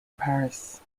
paris